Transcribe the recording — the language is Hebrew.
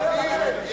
לא ייאמן.